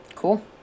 Cool